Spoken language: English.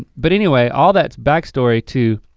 but anyway, all that's back story to,